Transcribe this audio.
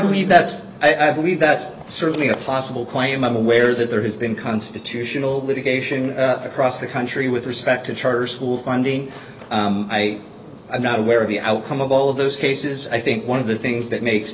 believe that's i believe that's certainly a possible claim i'm aware that there has been constitutional litigation across the country with respect to charter school funding i am not aware of the outcome of all of those cases i think one of the things that makes